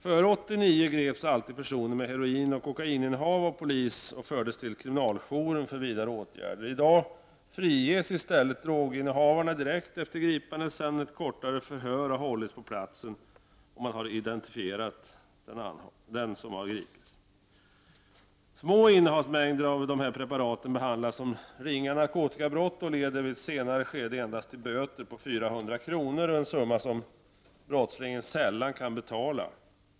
Före 1989 greps alltid personer med heroinoch kokaininnehav av polisen och fördes till kriminaljouren för vidare åtgärder. I dag friges i stället droginnehavarna direkt efter gripandet sedan ett kortare förhör har hållits på platsen och man har identifierat dem. Små innehavsmängder av dessa preparat behandlas som ringa narkotikabrott och leder i ett senare skede endast till böter på 400 kr. — en summa som brottslingen sällan kan betala.